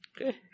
Okay